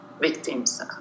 victims